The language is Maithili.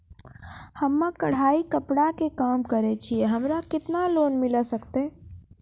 हम्मे कढ़ाई कपड़ा के काम करे छियै, हमरा केतना लोन मिले सकते?